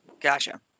Gotcha